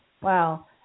Wow